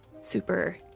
Super